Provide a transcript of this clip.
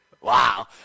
Wow